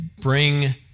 bring